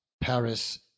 Paris